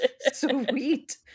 Sweet